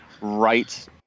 right